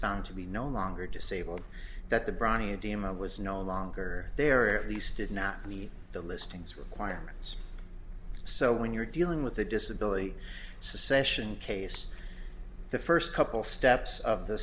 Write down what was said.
found to be no longer disabled that the brawny a d m a was no longer there if these did not meet the listings requirements so when you're dealing with a disability succession case the first couple steps of the